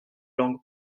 langues